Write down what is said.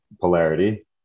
polarity